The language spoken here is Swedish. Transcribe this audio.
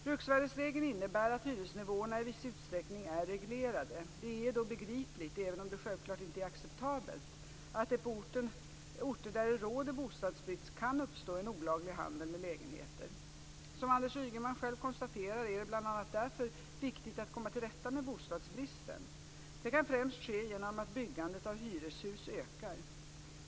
Bruksvärdesregeln innebär att hyresnivåerna i viss utsträckning är reglerade. Det är då begripligt - även om det självklart inte är acceptabelt - att det på orter där det råder bostadsbrist kan uppstå en olaglig handel med lägenheter. Som Anders Ygeman själv konstaterar är det bl.a. därför viktigt att komma till rätta med bostadsbristen. Det kan främst ske genom att byggandet av hyreshus ökar.